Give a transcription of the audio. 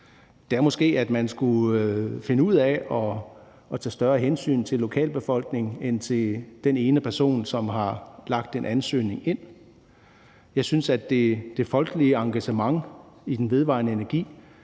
Det er måske, at man skulle finde ud af at tage større hensyn til lokalbefolkningen end til den ene person, som har lagt en ansøgning ind. Jeg synes, at det folkelige engagement i den vedvarende energi